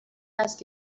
است